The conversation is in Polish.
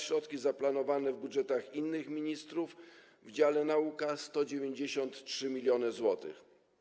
Środki zaplanowane w budżetach innych ministrów w dziale Nauka to 193 mln zł.